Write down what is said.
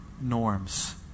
norms